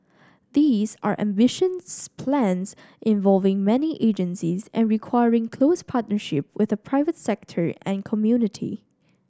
these are ambitious plans involving many agencies and requiring close partnership with the private sector and community